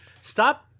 stop